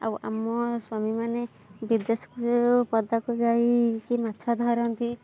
ଆଉ ଆମ ସ୍ୱାମୀମାନେ ବିଦେଶକୁ ପଦାକୁ ଯାଇକି ମାଛ ଧରନ୍ତି